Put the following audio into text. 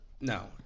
No